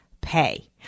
pay